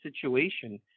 situation